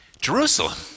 Jerusalem